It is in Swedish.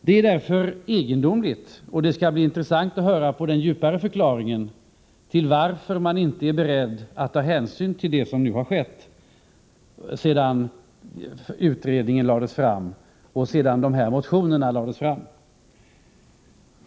Det är därför egendomligt att man inte är beredd att ta hänsyn till det som skett sedan utredningen lades fram och dessa motioner lades fram, och det skall bli intressant att höra på den djupare förklaringen till detta.